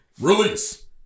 release